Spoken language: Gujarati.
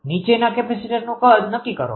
નીચેના કેપેસિટરનુ કદ નક્કી કરો